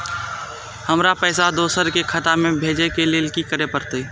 हमरा पैसा दोसर के खाता में भेजे के लेल की करे परते?